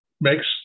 makes